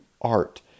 art